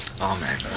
Amen